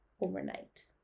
overnight